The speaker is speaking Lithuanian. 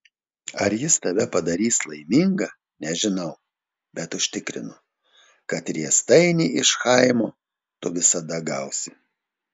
ar jis tave padarys laimingą nežinau bet užtikrinu kad riestainį iš chaimo tu visada gausi